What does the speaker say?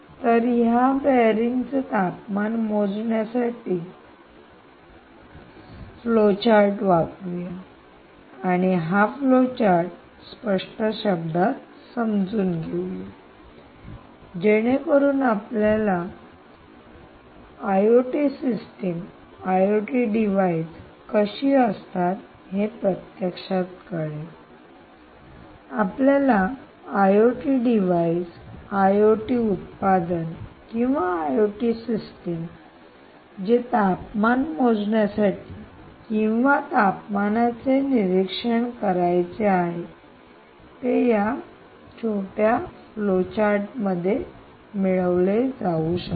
तर या बेअरिंग चे तापमान मोजण्यासाठी फ्लोचार्ट वापरूया आणि हा फ्लोचार्ट स्पष्ट शब्दात समजून घेऊया जेणेकरून तुम्हाला आयओटी सिस्टीम आयओटी डिवाइस कशी असतात हे प्रत्यक्षात कळेल आपल्याला आयओटी डिव्हाइस आयओटी उत्पादन किंवा आयओटी सिस्टीम जे तापमान मोजण्यासाठी किंवा तापमानाचे निरीक्षण करायचे आहे ते या छोट्या फ्लोचार्ट मध्ये मिळविले जाऊ शकते